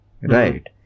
right